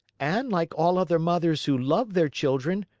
and, like all other mothers who love their children,